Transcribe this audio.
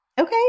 Okay